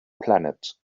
planet